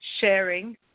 sharing